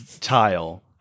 tile